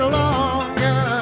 longer